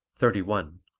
thirty one.